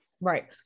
Right